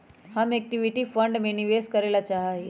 हम equity fund में निवेश करे ला चाहा हीयी